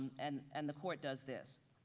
and and the court does this.